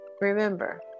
Remember